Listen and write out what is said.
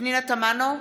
פנינה תמנו,